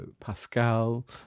pascal